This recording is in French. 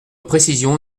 précision